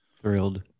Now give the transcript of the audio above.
Thrilled